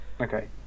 Okay